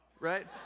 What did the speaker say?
right